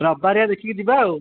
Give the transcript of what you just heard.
ରବିବାରିଆ ଦେଖିକି ଯିବା ଆଉ